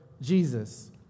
Jesus